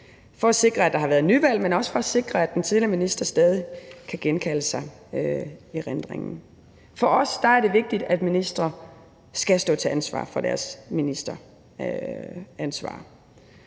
for at sikre, at der har været nyvalg, men også for at sikre, at den tidligere minister stadig kan genkalde sig hændelsesforløbet i erindringen. For os er det vigtigt, at ministre skal stå til ansvar i henhold